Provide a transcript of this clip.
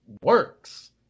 works